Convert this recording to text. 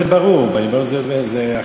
בנים או בנות, זה ברור.